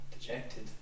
dejected